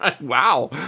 Wow